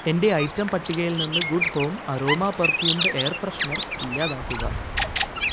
എന്റെ ഐറ്റം പട്ടികയിൽ നിന്ന് good home aroma perfumed air freshener ഇല്ലാതാക്കുക